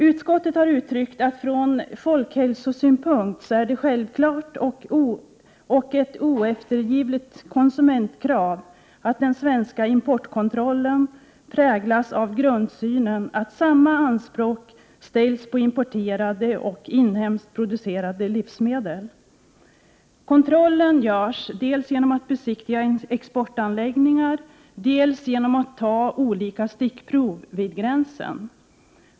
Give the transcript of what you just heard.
Utskottet har uttalat att det från folkhälsosynpunkt är ett självklart och oeftergivligt konsumentkrav att den svenska importkontrollen präglas av grundsynen att samma anspråk ställs på importerade och inhemskt producerade livsmedel. Kontrollen görs dels genom att besiktiga exportanläggningar, dels genom att ta olika stickprov vid gränsen.